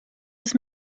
ist